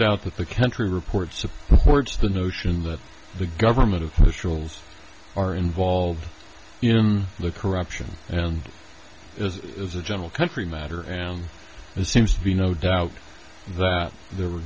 doubt that the country reports of sorts the notion that the government officials are involved in the corruption and is is a general country matter and it seems to be no doubt that there